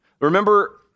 Remember